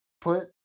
put